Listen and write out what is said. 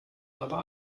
aber